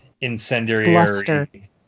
incendiary